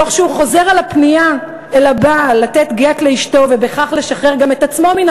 תוך שהוא חוזר על הפנייה אל הבעל לתת גט לאשתו ובכך לשחרר גם את עצמו מן